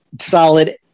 solid